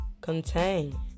contain